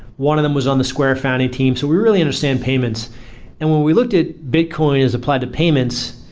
one of them was on the square founding team, so we really understand payments and when we looked at bitcoin as applied to payments,